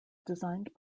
designed